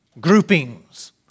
groupings